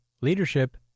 leadership